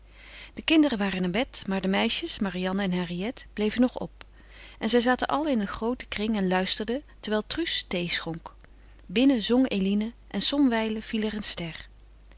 de kinderen waren naar bed maar de meisjes marianne en henriette bleven nog op en zij zaten allen in een grooten kring en luisterden terwijl truus thee schonk binnen zong eline en somwijlen viel er een ster